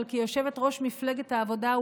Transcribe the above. אבל כיושבת-ראש מפלגת העבודה,